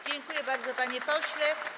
Dziękuję bardzo, panie pośle.